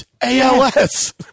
ALS